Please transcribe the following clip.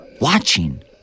Watching